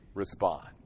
respond